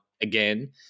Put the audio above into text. again